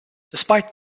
despite